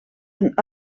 een